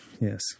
Yes